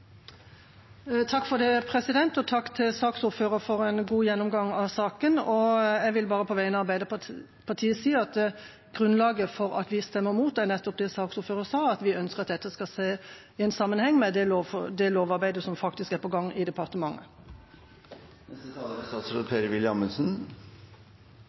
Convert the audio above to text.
Takk til saksordføreren for en god gjennomgang av saken. Jeg vil bare på vegne av Arbeiderpartiet si at grunnlaget for at vi stemmer mot, er nettopp det saksordføreren sa, at vi ønsker at dette skal ses i sammenheng med det lovarbeidet som faktisk er på gang i departementet. Jeg er